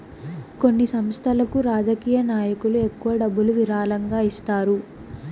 కొన్ని సంస్థలకు రాజకీయ నాయకులు ఎక్కువ డబ్బులు విరాళంగా ఇస్తారు